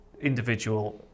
individual